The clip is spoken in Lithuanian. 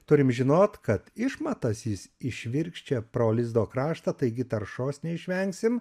turim žinot kad išmatas jis iššvirkščia pro lizdo kraštą taigi taršos neišvengsim